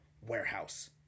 Warehouse